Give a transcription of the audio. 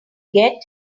get